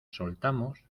soltamos